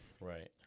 Right